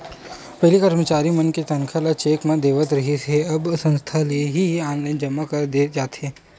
पहिली करमचारी के तनखा मन ल चेक म देवत रिहिस हे अब संस्था ले ही ऑनलाईन जमा कर दे जाथे